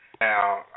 Now